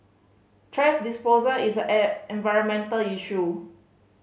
thrash disposal is an environmental issue